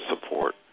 support